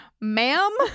Ma'am